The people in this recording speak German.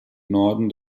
norden